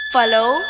Follow